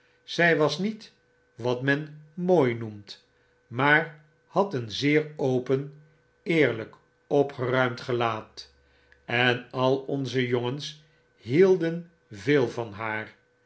zjj was niet wat men mooi noemt maar had een zeer open eeriyk opgeruimd gelaat en al onze jongens hielden veel van haar